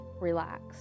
relax